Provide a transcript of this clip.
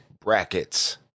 Brackets